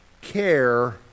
Care